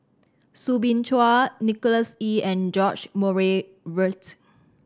Soo Bin Chua Nicholas Ee and George Murray Reith